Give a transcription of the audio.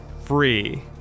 free